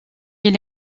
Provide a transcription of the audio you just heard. est